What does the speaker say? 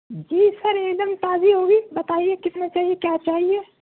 جی sir ایک دم تازی ہوگی بتائیے کتنا چاہیے کیا چاہیے